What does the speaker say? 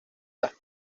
las